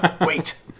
wait